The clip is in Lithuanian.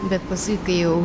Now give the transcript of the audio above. bet pasui kai jau